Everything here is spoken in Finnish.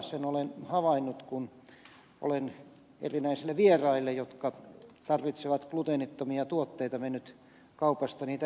sen olen havainnut kun olen erinäisille vieraille jotka tarvitsevat gluteenittomia tuotteita mennyt kaupasta niitä etsimään